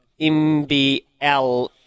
MBL